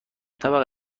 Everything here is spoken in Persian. طبقه